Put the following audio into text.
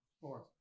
Four